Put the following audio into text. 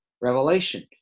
Revelation